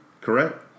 correct